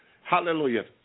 Hallelujah